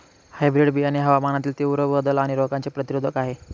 hybrid बियाणे हवामानातील तीव्र बदल आणि रोगांचे प्रतिरोधक आहे